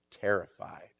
terrified